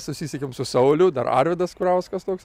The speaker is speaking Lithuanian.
susisiekėm su sauliu dar arvydas kurauskas toks